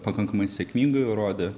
pakankamai sėkmingai rodė